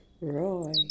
roy